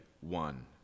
one